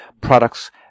products